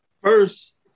First